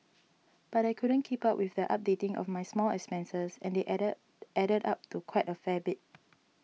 but I couldn't keep up with the updating of my small expenses and they added added up to quite a fair bit